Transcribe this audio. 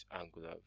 angular